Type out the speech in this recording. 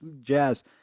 Jazz